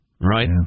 Right